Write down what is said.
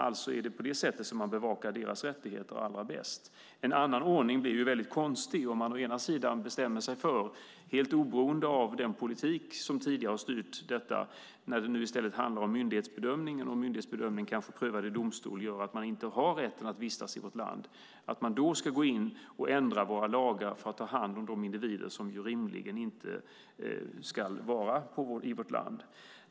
Alltså är det på det sättet man bevakar deras rättigheter allra bäst. En annan ordning vore väldigt konstig, det vill säga att man bestämmer sig för, helt oberoende av den politik som tidigare styrt detta, att gå in och ändra våra lagar för att ta hand om de individer som ju rimligen inte ska vara i vårt land, när det i själva verket handlar om myndighetsbedömning, och myndighetsbedömningen kanske är prövad i domstol och innebär att man inte har rätt att vistas i landet.